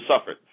suffered